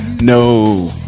no